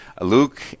Luke